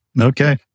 okay